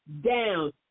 down